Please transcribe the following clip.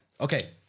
Okay